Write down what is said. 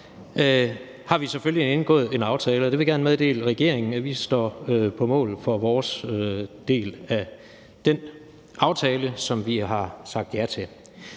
har man selvfølgelig indgået en aftale, og der vil jeg gerne meddele regeringen, at vi står på mål for vores del af den aftale, som vi har sagt ja til.